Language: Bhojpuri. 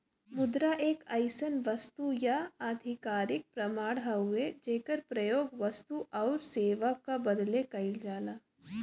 मुद्रा एक अइसन वस्तु या आधिकारिक प्रमाण हउवे जेकर प्रयोग वस्तु आउर सेवा क बदले कइल जाला